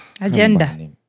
Agenda